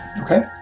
Okay